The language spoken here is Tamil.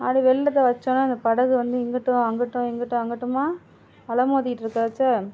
அது வெள்ளத்தை வச்சோனே அந்த படகு வந்து இங்கிட்டும் அங்கிட்டும் இங்கிட்டும் அங்கிட்டுமா அலை மோதிட்ருக்கிறச்சே